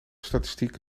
statistiek